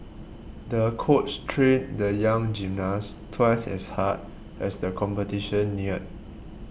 the coach trained the young gymnast twice as hard as the competition neared